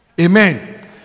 amen